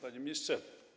Panie Ministrze!